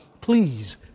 Please